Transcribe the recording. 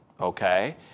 Okay